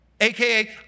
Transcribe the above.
AKA